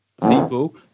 people